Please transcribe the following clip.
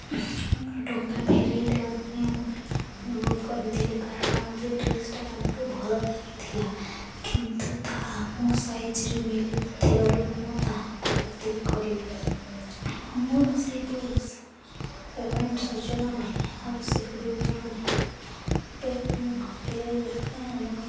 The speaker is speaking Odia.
ମୋର ଟଙ୍କା ଫେରାଇ ଦେବା ପାଇଁ ମୁଁ ଅନୁରୋଧ କରିଥିଲି କାରଣ ମୋତେ ଡ୍ରେସ୍ଟା ଆଗରୁ ଭଲ ଲାଗିଥିଲା କିନ୍ତୁ ତାହା ମୋ ସାଇଜ୍ରେ ମିଳିନଥିବାରୁ ମୁଁ ତାହାକୁ ବତିଲ କଲି ଏବଂ ମୁଁ ରୋଷେଇ ପଇସା ପେମେଣ୍ଟ୍ ସୂଚନା ଆବଶ୍ୟକ ବିବରଣୀ ପେମେଣ୍ଟ୍କୁ ଫେରାଇବା ପାଇଁ ଅନୁରୋଧ କଲି